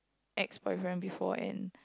ex boyfriend before and